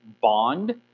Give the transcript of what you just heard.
Bond